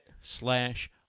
slash